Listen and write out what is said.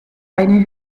eine